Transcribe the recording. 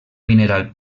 mineral